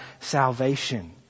salvation